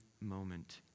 moment